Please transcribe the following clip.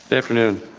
but afternoon.